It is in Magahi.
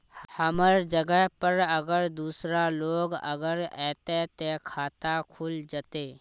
हमर जगह पर अगर दूसरा लोग अगर ऐते ते खाता खुल जते?